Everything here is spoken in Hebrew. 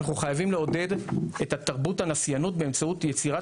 אנחנו חייבים לעודד את התרבות הנסיינית באמצעות יצירת